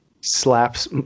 slaps